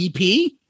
EP